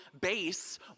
base